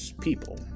people